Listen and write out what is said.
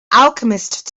alchemist